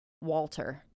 walter